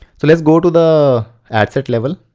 so let's go to the ad set level.